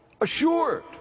assured